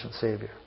Savior